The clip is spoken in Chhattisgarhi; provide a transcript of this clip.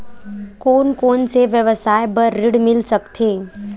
कोन कोन से व्यवसाय बर ऋण मिल सकथे?